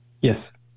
Yes